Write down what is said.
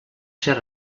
ser